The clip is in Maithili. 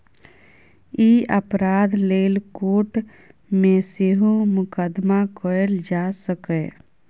ई अपराध लेल कोर्ट मे सेहो मुकदमा कएल जा सकैए